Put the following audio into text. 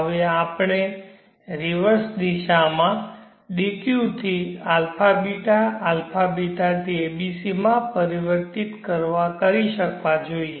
હવે આપણે રિવર્સ દિશામાં dq થી α ßα ß થી abc માં પરિવર્તિત કરી શકવા જોઈએ